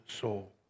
soul